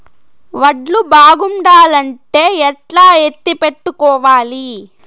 వడ్లు బాగుండాలంటే ఎట్లా ఎత్తిపెట్టుకోవాలి?